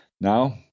now